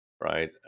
right